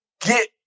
get